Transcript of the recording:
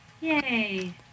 Yay